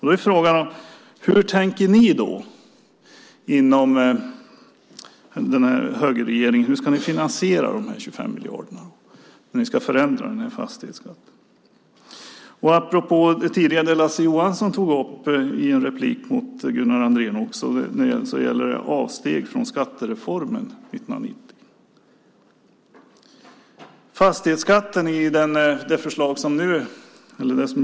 Då är frågan: Hur ska ni inom högerregeringen finansiera de här 25 miljarderna om ni ska förändra fastighetsskatten? Apropå det Lars Johansson tidigare tog upp i en replik till Gunnar Andrén gäller det avsteg från skattereformen 1990.